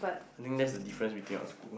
I think that's the difference between our school